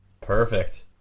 Perfect